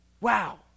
wow